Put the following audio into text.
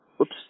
oops